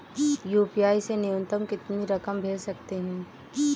UPI से न्यूनतम कितनी रकम भेज सकते हैं?